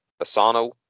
Asano